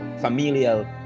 familial